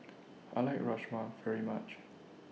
I like Rajma very much